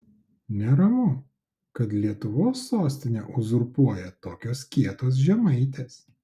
neramu kad lietuvos sostinę uzurpuoja tokios kietos žemaitės